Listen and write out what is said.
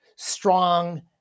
strong